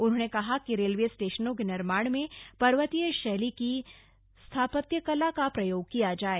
उन्होंने कहा कि रेलवे स्टेशनों के निर्माण में पर्वतीय शैली की स्थापत्यकला का प्रयोग किया जाए